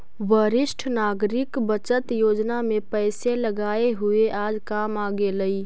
वरिष्ठ नागरिक बचत योजना में पैसे लगाए हुए आज काम आ गेलइ